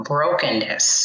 Brokenness